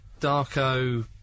Darko